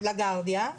לה גרדיה.